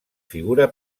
figura